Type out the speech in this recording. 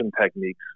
techniques